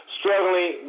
struggling